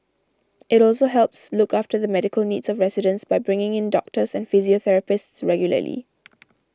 it also helps look after the medical needs of residents by bringing in doctors and physiotherapists regularly